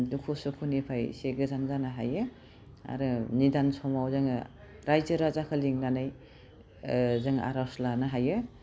दुखु सुखुनिफ्राय एसे गोजान जानो हायो आरो निदान समाव जोङो रायजो राजाखौ लिंनानै जों आर'ज लानो हायो